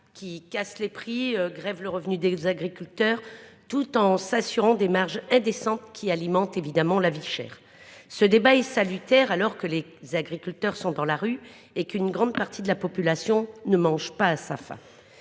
qui cassent les prix et grèvent le revenu des agriculteurs, tout en s’assurant des marges indécentes qui alimentent la vie chère. Ce débat est salutaire, alors que les agriculteurs sont dans la rue et qu’une grande partie de la population ne mange pas à sa faim.